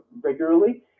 regularly